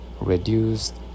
reduced